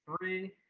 three